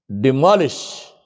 demolish